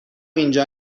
اینجا